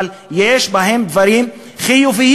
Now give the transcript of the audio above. אבל יש בהן דברים חיוביים,